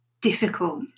difficult